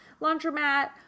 laundromat